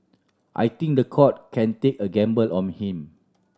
I think the court can take a gamble on him